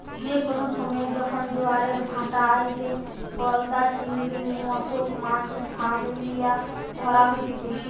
যে কোনো সময়ে যখন জোয়ারের ভাঁটা আইসে, গলদা চিংড়ির মতো মাছ ফাঁদ লিয়ে ধরা হতিছে